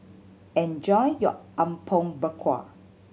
enjoy your Apom Berkuah